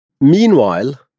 Meanwhile